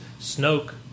Snoke